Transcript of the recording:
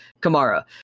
Kamara